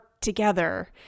together